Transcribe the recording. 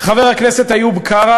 חבר הכנסת איוב קרא,